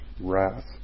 wrath